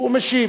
והוא משיב.